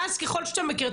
ואז ככל שאתה מכיר,